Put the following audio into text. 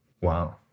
Wow